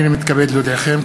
הנני מתכבד להודיעכם,